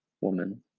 woman